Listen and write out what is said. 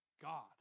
god